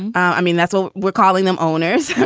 i mean, that's all we're calling them owners